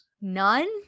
None